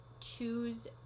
choose